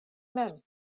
mem